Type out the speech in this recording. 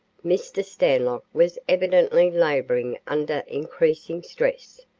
mr. stanlock was evidently laboring under increasing distress,